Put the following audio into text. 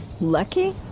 lucky